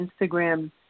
Instagram